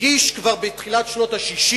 הגיש כבר בתחילת שנות ה-60